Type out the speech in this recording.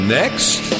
next